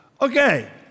Okay